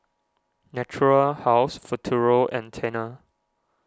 Natura House Futuro and Tena